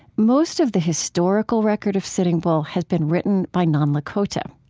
most of the historical record of sitting bull has been written by non-lakota.